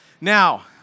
Now